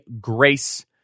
Grace